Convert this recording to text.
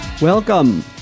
Welcome